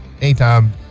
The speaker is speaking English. Anytime